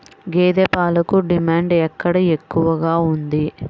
గేదె పాలకు డిమాండ్ ఎక్కడ ఎక్కువగా ఉంది?